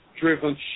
driven